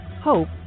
Hope